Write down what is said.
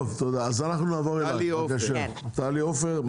נעבור לטלי לאופר,